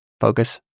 focus